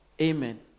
Amen